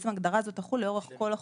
בעצם ההגדרה הזאת תחול על כל החוק.